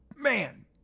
man